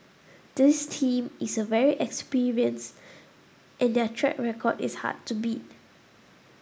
this team is a very experienced and their track record is hard to beat